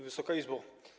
Wysoka Izbo!